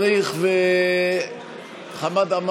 זה כבר עברנו.